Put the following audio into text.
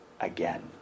again